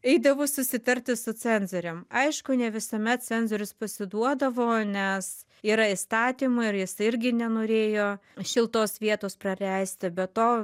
eidavo susitarti su cenzorium aišku ne visuomet cenzorius pasiduodavo nes yra įstatymų ir jis irgi nenorėjo šiltos vietos praleisti be to